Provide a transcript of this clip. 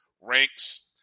ranks